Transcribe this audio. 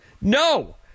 No